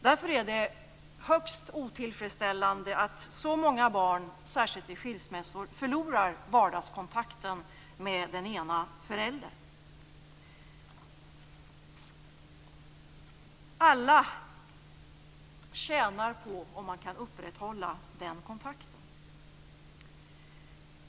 Därför är det högst otillfredsställande att så många barn, särskilt vid skilsmässor, förlorar vardagskontakten med den ena föräldern. Alla tjänar på om man kan upprätthålla den kontakten.